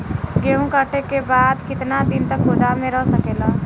गेहूँ कांटे के बाद कितना दिन तक गोदाम में रह सकेला?